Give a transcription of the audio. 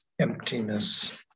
emptiness